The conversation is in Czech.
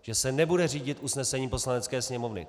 Že se nebude řídit usnesením Poslanecké sněmovny!